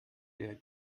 der